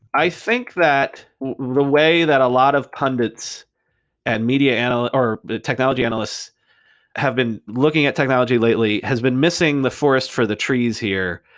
i think that the way that a lot of pundits and media and or but technology analysts have been looking at technology lately has been missing the forest for the trees here.